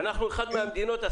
כן.